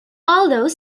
although